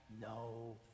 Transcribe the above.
no